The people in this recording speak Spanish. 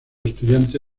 estudiante